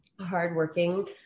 hardworking